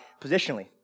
positionally